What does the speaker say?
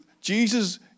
Jesus